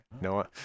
No